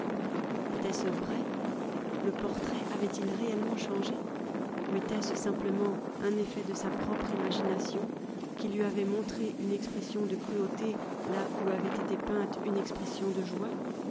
etait-ce vrai le portrait avait-il réellement changé ou était-ce simplement un effet de sa propre imagination qui lui avait montré une expression de cruauté là où avait été peinte une expression de joie